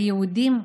היהודים,